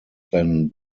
than